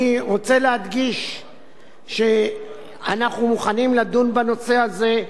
אני רוצה להדגיש שאנחנו מוכנים לדון בנושא זה,